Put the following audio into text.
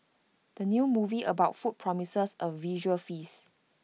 the new movie about food promises A visual feast